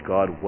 God